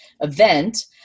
event